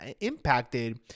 impacted